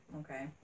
Okay